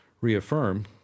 reaffirm